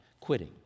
quitting